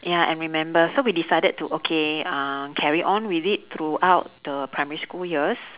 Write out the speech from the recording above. ya I remember so we decided to okay uh carry on with it throughout the primary school years